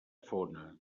fona